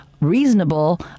reasonable